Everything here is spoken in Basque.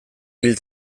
hil